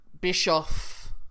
Bischoff